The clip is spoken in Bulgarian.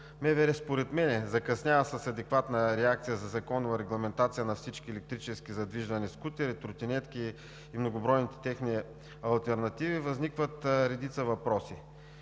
МВР според мен закъснява с адекватна реакция за законова регламентация на всички електрически задвижвания, скутери, тротинетки и многобройните техни алтернативи, възникват редица въпроси.